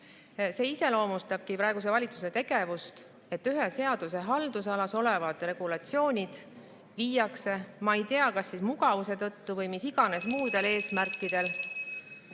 See iseloomustabki praeguse valitsuse tegevust, et ühe seaduse haldusalas olevad regulatsioonid viiakse – ma ei tea, kas mugavuse tõttu või mis iganes muudel eesmärkidel